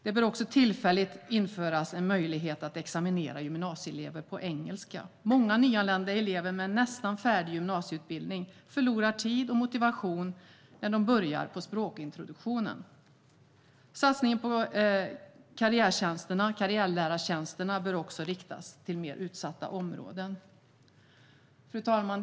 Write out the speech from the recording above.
Det bör också tillfälligt införas en möjlighet att examinera gymnasieelever på engelska. Många nyanlända elever med en nästan färdig gymnasieutbildning förlorar tid och motivation när de börjar på språkintroduktionen. Satsningen på karriärlärartjänster bör också riktas till mer utsatta områden. Fru talman!